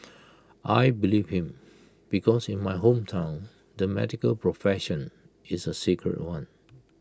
I believed him because in my hometown the medical profession is A sacred one